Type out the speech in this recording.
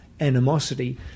animosity